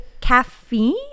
caffeine